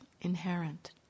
inherent